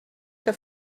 que